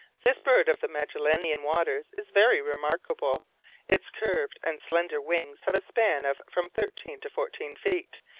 this bird of the magellanian waters is very remarkable its curved and slender wings have a span of from thirteen to fourteen feet,